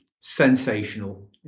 sensational